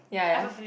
ya ya